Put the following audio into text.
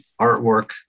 artwork